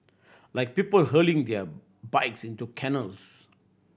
like people hurling their bikes into canals